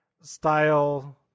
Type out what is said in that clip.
style